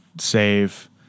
save